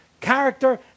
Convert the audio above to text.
character